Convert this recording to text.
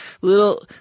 little